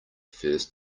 first